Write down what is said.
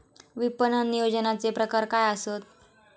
विपणन नियोजनाचे प्रकार काय आसत?